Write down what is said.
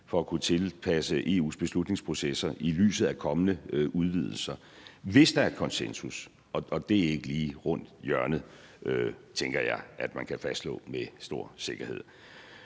for at kunne tilpasse EU's beslutningsprocesser i lyset af kommende udvidelser, hvis der er konsensus, og det er ikke lige rundt om hjørnet, tænker jeg at man kan fastslå med stor sikkerhed.